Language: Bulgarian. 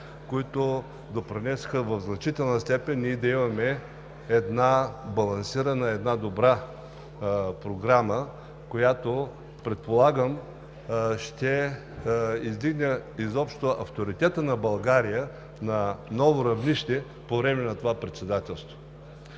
които допринесоха в значителна степен да имаме балансирана, добра програма, която, предполагам, ще издигне авторитета на България на ново равнище по време на това председателство.